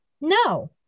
No